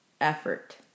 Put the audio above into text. effort